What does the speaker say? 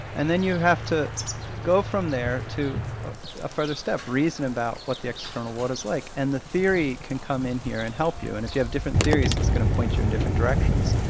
and then you have to go from there, to a further step, reason about what the external world is like, and the theory can come in here and help you. and if you have different theories, it's going to point you in different directions.